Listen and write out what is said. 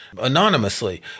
anonymously